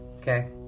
Okay